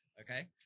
Okay